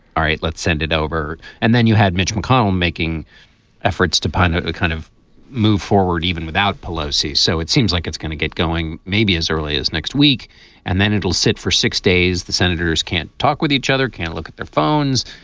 all right, let's send it over. and then you had mitch mcconnell making efforts to piner kind of move forward even without pelosi. so it seems like it's going to get going. maybe as early as next week and then it'll sit for six days the senators can't talk with each other, can't look at their phones.